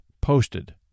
Posted